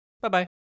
Bye-bye